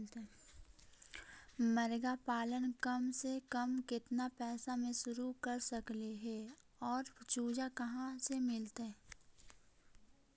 मरगा पालन कम से कम केतना पैसा में शुरू कर सकली हे और चुजा कहा से मिलतै?